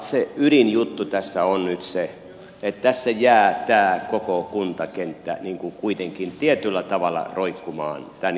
se ydinjuttu tässä on nyt se että tässä jää tämä koko kuntakenttä kuitenkin tietyllä tavalla roikkumaan tämän järjestelyn ulkopuolelle